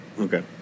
Okay